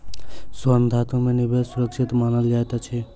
स्वर्ण धातु में निवेश सुरक्षित मानल जाइत अछि